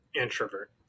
Introvert